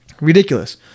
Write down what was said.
Ridiculous